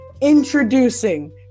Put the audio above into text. Introducing